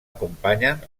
acompanyen